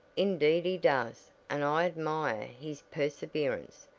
indeed he does and i admire his perseverance.